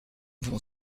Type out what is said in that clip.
bon